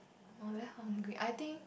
oh really hungry I think